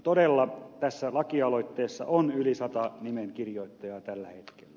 todella tässä lakialoitteessa on yli sata nimenkirjoittajaa tällä hetkellä